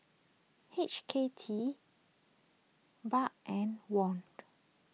H K D Baht and Won